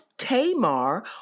Tamar